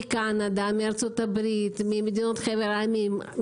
מקנדה, מארצות הברית, ממדינות חבר העמים.